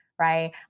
right